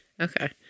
Okay